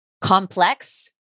Complex